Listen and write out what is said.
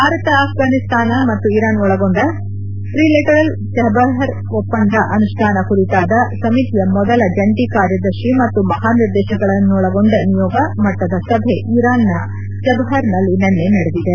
ಭಾರತ ಅಫಫಾನಿಸ್ತಾನ ಮತ್ತು ಇರಾನ್ ಒಳಗೊಂಡ trilateral Chabahar ಒಪ್ಪಂದ ಅನುಷ್ಠಾನ ಕುರಿತಾದ ಸಮಿತಿಯ ಮೊದಲ ಸಭೆ ಜಂಟ ಕಾರ್ಯದರ್ಶಿ ಮತ್ತು ಮಹಾನಿರ್ದೇಶಕರನ್ನೊಳಗೊಂಡ ನಿಯೋಗ ಮಟ್ಲದ ಸಭೆ ಇರಾನ್ ನ ಚಬಹರ್ ನಲ್ಲಿ ನಿನ್ನೆ ನಡೆದಿದೆ